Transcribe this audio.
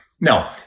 no